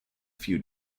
few